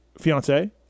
fiance